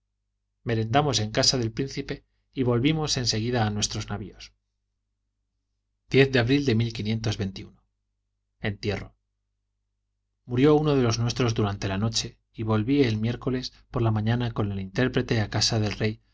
merendamos en casa del príncipe y volvimos en seguida a nuestros navíos de abril de entierro murió uno de los nuestros durante la noche y volví el miércoles por la mañana con el intérprete a casa del rey